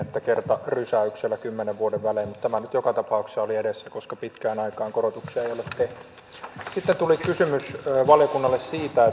kertarysäyksellä kymmenen vuoden välein mutta tämä nyt joka tapauksessa oli edessä koska pitkään aikaan korotuksia ei ole tehty sitten tuli kysymys valiokunnalle siitä